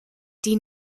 die